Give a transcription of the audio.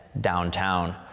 downtown